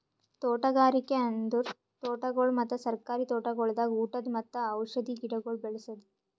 ತೋಟಗಾರಿಕೆ ಅಂದುರ್ ತೋಟಗೊಳ್ ಮತ್ತ ಸರ್ಕಾರಿ ತೋಟಗೊಳ್ದಾಗ್ ಉಟದ್ ಮತ್ತ ಔಷಧಿ ಗಿಡಗೊಳ್ ಬೇಳಸದ್